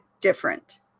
different